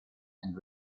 and